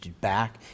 back